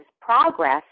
progress